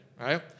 Right